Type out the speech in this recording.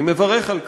אני מברך על כך.